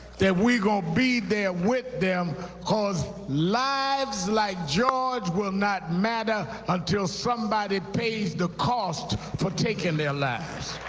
that we're going to be there with them because lives like george will not matter until somebody pays the cost for taking their lives.